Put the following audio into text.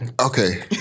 Okay